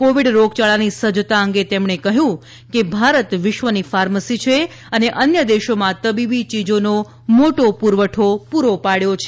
Covid રોગયાળાની સજ્જતા અંગે તેમણે કહ્યું કે ભારત વિશ્વની ફાર્મસી છે અન્ય દેશોમાં તબીબી ચીજોનો મોટો પુરવઠો પૂરો પાડ્યો છે